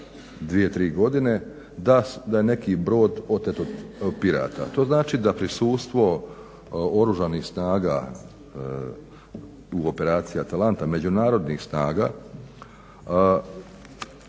tri godine da je neki brod otet od pirata. To znači da prisustvo Oružanih snaga u operaciji ATALANTA, međunarodnih snaga